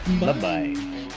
bye-bye